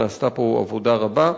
נעשתה פה עבודה רבה.